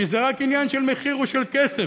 כי זה רק עניין של מחיר ושל כסף,